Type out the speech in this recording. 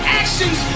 actions